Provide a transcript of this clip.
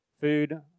Food